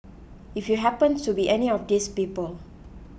if you happened to be any of these people